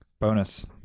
bonus